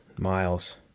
miles